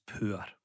poor